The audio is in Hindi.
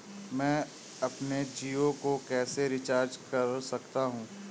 मैं अपने जियो को कैसे रिचार्ज कर सकता हूँ?